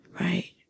right